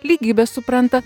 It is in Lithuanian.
lygybę supranta